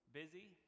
busy